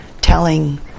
telling